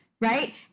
right